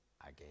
again